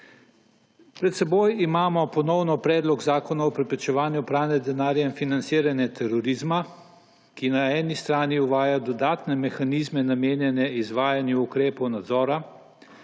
Pred seboj imamo ponovno Predlog zakona o preprečevanju pranja denarja in financiranja terorizma, ki na eni strani uvaja dodatne mehanizme, namenjene izvajanju ukrepov nadzora,